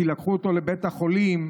כי לקחו אותו לבית חולים,